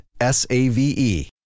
S-A-V-E